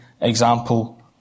example